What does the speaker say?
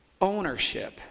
ownership